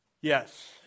Yes